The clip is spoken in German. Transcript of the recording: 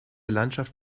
landschaft